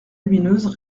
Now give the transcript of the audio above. lumineuses